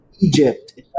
Egypt